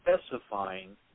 specifying